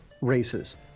races